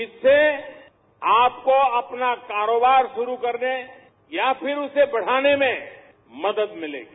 इससे आपको आपका कारोबार शुरू करने या फिर उसे बढाने में मदत मिलेगी